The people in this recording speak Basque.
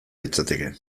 litzateke